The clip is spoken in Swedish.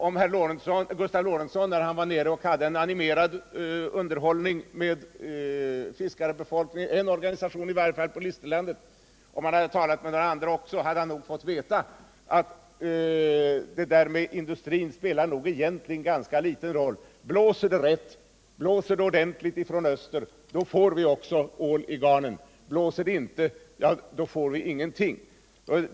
Om Gustav Lorentzon, när han var nere och hade en animerad underhållning med fiskarbefolkningen eller i varje fall med en fiskarorganisation på Listerlandet, också hade talat med några andra ålfiskare, hade han nog fått veta att industrin egentligen spelar en ganska liten roll i detta sammanhang. Blåser det ordentligt från öster, får man också ål i garnen. Blåser det inte, ja, då får man ingenting.